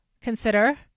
consider